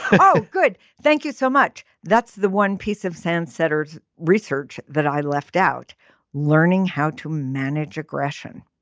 oh good thank you so much. that's the one piece of sand setters research that i left out learning how to manage aggression.